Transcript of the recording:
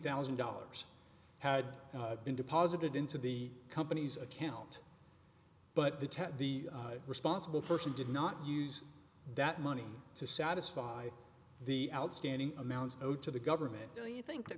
thousand dollars had been deposited into the company's account but the ten the responsible person did not use that money to satisfy the outstanding amounts owed to the government do you think the